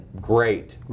great